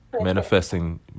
manifesting